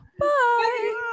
Bye